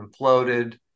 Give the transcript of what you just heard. imploded